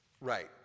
Right